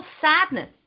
sadness